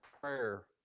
prayer